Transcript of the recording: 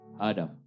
Adam